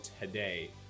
today